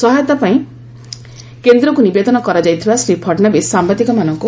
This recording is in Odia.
ସହାୟତା ପାଇଁ କେନ୍ଦ୍ରକୁ ନିବେଦନ କରାଯାଇଥିବା ଶ୍ରୀ ଫଡ଼ନଭିସ୍ ସାମ୍ଭାଦିକମାନଙ୍କୁ କହିଛନ୍ତି